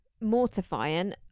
Mortifying